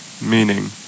Meaning